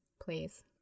please